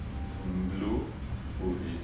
on blue